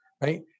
right